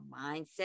mindset